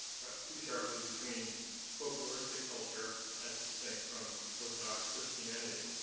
perhaps too sharply, between folkloristic culture as distinct from orthodox christianity.